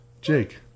Jake